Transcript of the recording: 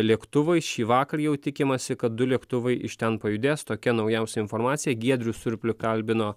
lėktuvai šįvakar jau tikimasi kad du lėktuvai iš ten pajudės tokia naujausia informacija giedrių surplį kalbino